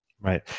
Right